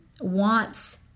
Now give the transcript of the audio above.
wants